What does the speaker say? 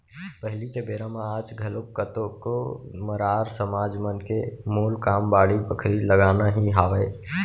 पहिली के बेरा म आज घलोक कतको मरार समाज मन के मूल काम बाड़ी बखरी लगाना ही हावय